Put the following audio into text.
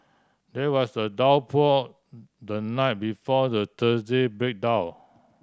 there was a downpour the night before the Thursday breakdown